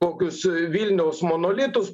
kokius vilniaus monolitus